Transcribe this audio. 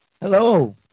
Hello